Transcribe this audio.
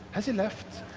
has he left?